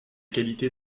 qualités